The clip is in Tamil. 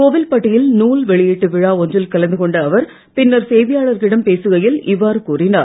கோவில்பட்டி யில் நூல் வெளியீட்டு விழா ஒன்றில் கலந்துகொண்ட அவர் பின்னர் செய்தியாளர்களிடம் பேசுகையில் அவர் இவ்வாறு கூறினார்